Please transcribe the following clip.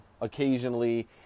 occasionally